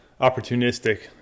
opportunistic